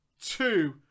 two